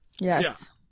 Yes